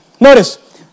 Notice